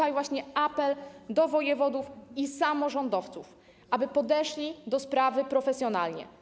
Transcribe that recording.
Apeluję do wojewodów i samorządowców, aby podeszli do sprawy profesjonalnie.